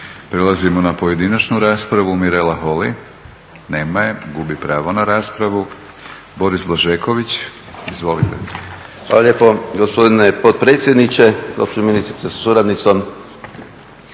Prelazimo na pojedinačnu raspravu Mirela Holy, nema je, gubi pravo na raspravu. Boris Blažeković. Izvolite. **Blažeković, Boris (HNS)** Hvala lijepo gospodine potpredsjedniče. Gospođo ministrice sa suradnicom.